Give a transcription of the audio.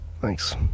Thanks